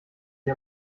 sie